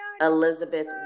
Elizabeth